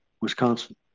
Wisconsin